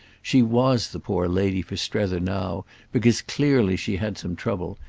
she was the poor lady for strether now because clearly she had some trouble,